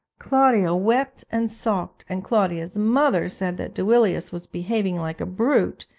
claudia wept and sulked, and claudia's mother said that duilius was behaving like a brute,